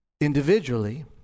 Individually